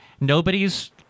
Nobody's